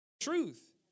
Truth